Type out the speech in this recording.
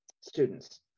students